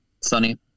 sunny